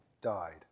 died